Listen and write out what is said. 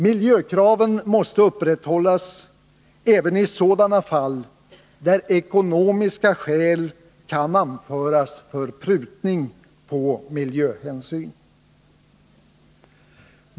Miljökraven måste upprätthållas även i sådana fall där ekonomiska skäl kan anföras för prutning på miljöhänsyn.